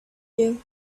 you